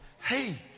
hey